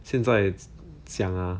现在讲啊